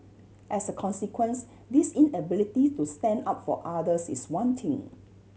as a consequence this inability to stand up for others is one thing